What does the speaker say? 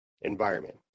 environment